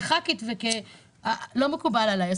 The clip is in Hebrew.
כחברת כנסת זה לא מקובל עליי.